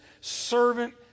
servant